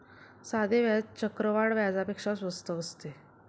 साधे व्याज चक्रवाढ व्याजापेक्षा स्वस्त असते